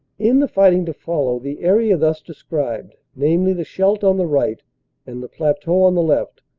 in the fighting to follow the area thus described, namely the scheidt on the right and the plateau on the left,